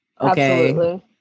Okay